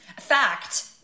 Fact